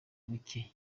buke